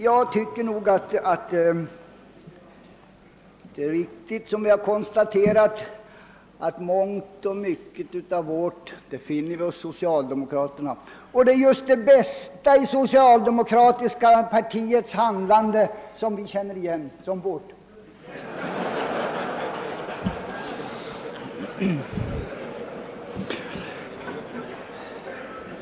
Jag tycker nog att det är riktigt som jag har konstaterat, att vi återfinner mångt och mycket av vårt hos socialdemokraterna — det är just det bästa i det socialdemokratiska partiets handlande som vi känner igen från vårt.